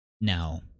now